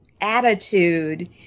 attitude